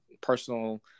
personal